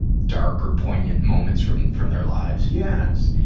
dark or poignant moments from from their lives. yes.